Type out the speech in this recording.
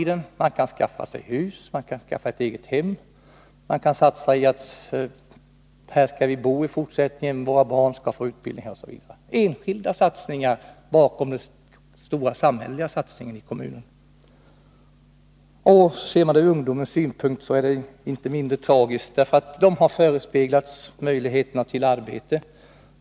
Då kan man skaffa sig hus, ett eget hem. Man kan satsa på att bo på orten i fortsättningen och på att barnen skall få utbildning osv. Det är de enskilda satsningarna som ligger bakom den stora samhälleliga satsningen i kommunen. Ser man det hela ur ungdomarnas synvinkel är det inte mindre tragiskt. De har förespeglats möjligheter till arbete.